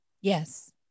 Yes